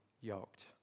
yoked